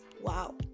Wow